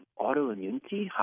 autoimmunity